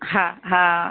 હા હા